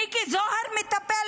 מיקי זוהר מטפל